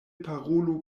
parolu